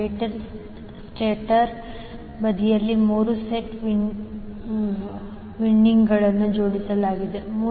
ಜನರೇಟರ್ನ stator ಬದಿಯಲ್ಲಿ 3 set ವಿಂಡಿಂಗ್ಗಳನ್ನು ಜೋಡಿಸಲಾಗಿದೆ